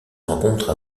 rencontre